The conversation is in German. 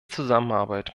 zusammenarbeit